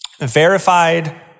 Verified